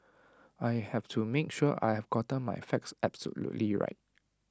I have to make sure I have gotten my facts absolutely right